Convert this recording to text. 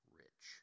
rich